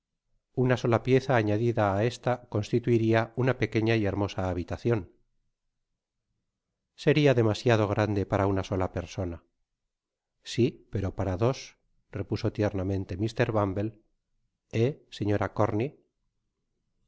una sola pieza añadi da á esta constituiria una pequeña y hermosa habitacion seria demasiado grande para una sola persona si pero para dos repuso tiernamente mr bumble he señora corney